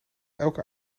elke